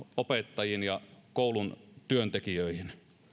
opettajiin ja koulun työntekijöihin